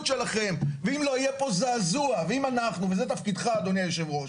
שלכם ואם לא יהיה פה זעזוע ואם אנחנו וזה תפקידך אדוני היושב-ראש